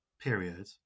Period